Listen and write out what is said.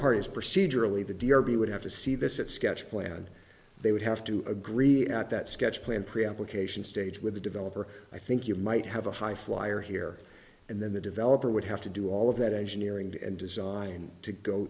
parties procedurally the derby would have to see this at sketch plan they would have to agree at that sketch plan pre application stage with a developer i think you might have a high flyer here and then the developer would have to do all of that engineering and design to go